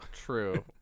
True